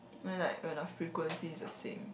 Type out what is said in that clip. when like when I frequency is the same